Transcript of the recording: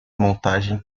montagem